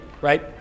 Right